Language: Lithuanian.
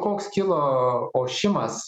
koks kilo ošimas